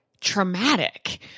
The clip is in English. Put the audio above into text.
traumatic